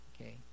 okay